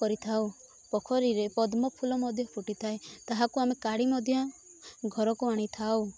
କରିଥାଉ ପୋଖରୀରେ ପଦ୍ମ ଫୁଲ ମଧ୍ୟ ଫୁଟିଥାଏ ତାହାକୁ ଆମେ କାଢ଼ି ମଧ୍ୟ ଘରକୁ ଆଣିଥାଉ